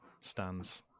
stands